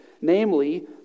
namely